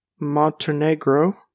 Montenegro